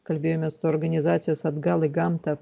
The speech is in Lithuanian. kalbėjomės su organizacijos atgal į gamtą